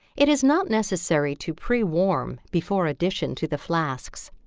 it is not necessary to pre-warm before addition to the flasks.